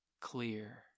clear